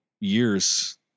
years